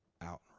out